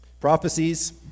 Prophecies